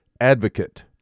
advocate